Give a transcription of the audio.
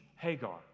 Hagar